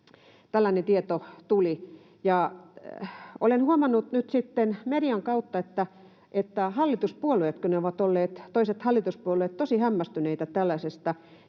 Tällainen tieto tuli. Olen huomannut nyt sitten median kautta, että hallituspuolueet, toiset hallituspuolueet ovat olleet tosi hämmästyneitä tällaisesta.